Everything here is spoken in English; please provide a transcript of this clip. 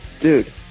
dude